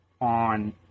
on